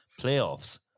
playoffs